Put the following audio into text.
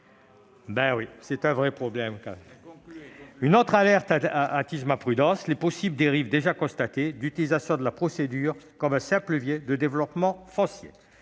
? C'est un vrai problème ! Une autre alerte attise ma prudence. Les possibles dérives, déjà constatées, d'utilisation de la procédure comme un simple levier de développement foncier.